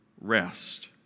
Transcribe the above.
rest